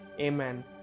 amen